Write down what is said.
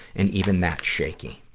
and even that's shaky.